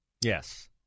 Yes